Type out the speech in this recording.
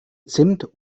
zimt